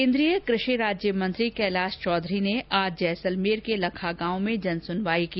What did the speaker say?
केन्द्रीय कृषि राज्यमंत्री कैलाश चौधरी ने आज जैसलमेर के लखा गांव में जनसुनवाई की